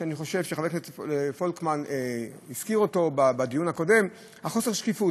ואני חושב שחבר הכנסת פולקמן הזכיר אותו בדיון הקודם: חוסר השקיפות.